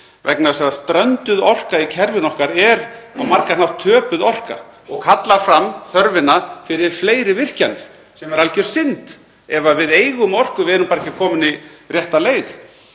vegna þess að strönduð orka í kerfinu okkar er á margan hátt töpuð orka og kallar fram þörfina fyrir fleiri virkjanir sem er algjör synd ef við eigum orku en erum bara ekki að koma henni rétta leið.